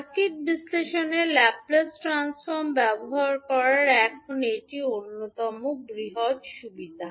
circuit বিশ্লেষণে Laplace transform ব্যবহার করার এখন এটি অন্যতম বৃহত সুবিধা